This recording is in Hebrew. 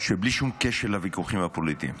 שבלי שום קשר לוויכוחים הפוליטיים,